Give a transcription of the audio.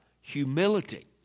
humility